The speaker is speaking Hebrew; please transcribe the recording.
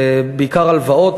בעיקר הלוואות.